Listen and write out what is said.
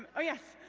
oh, yes.